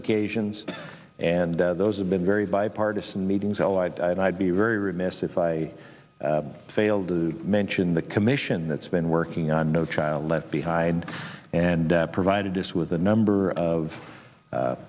occasions and those have been very bipartisan meetings well i'd be very remiss if i failed to mention the commission that's been working on no child left behind and provided us with a number of